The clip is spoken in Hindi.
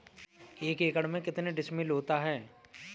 एक एकड़ में कितने डिसमिल होता है?